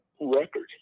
record